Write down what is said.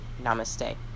namaste